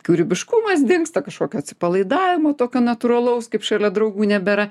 kūrybiškumas dingsta kažkokio atsipalaidavimo tokio natūralaus kaip šalia draugų nebėra